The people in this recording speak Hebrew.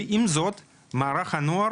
עם זאת מערך הנוער